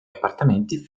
appartamenti